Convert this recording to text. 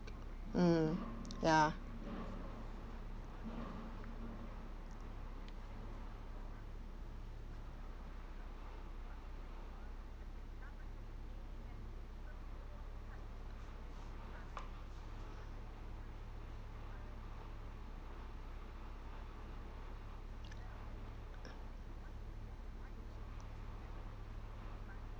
mm ya